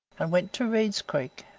and went to reid's creek,